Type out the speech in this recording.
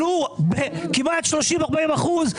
עלו בכמעט 30%-40%.